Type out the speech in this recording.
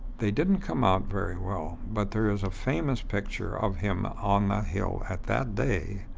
they didn't come out very well, but there is a famous picture of him on the hill at that day,